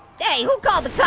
hey, who called the